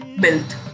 built